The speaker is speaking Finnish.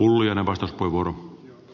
arvoisa puhemies